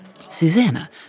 Susanna